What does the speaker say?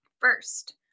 First